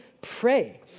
pray